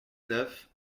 neuf